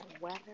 weather